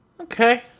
Okay